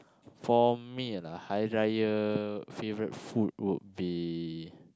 for me lah Hari Raya favourite food would be